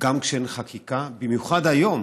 גם כשאין חקיקה, במיוחד היום.